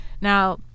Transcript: now